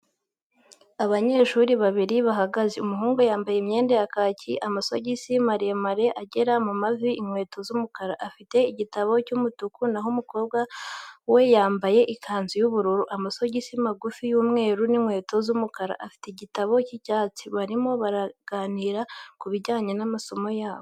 Abanyeshuri babiri bahagaze, umuhungu wambaye imyenda ya kiki amasogisi maremare agera mu mavi n'inkweto z'umukara, afite igitabo cy'umutuku naho umukobwa wamabaye ikanzu y'ubururu, amasogisi magufi y'umweru n'inkweto z'umukara afite igitabo cy'icyatsi, barimo baraganira ku bijyanye n'amasomo yabo.